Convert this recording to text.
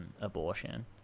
abortion